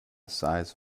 size